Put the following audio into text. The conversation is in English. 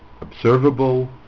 observable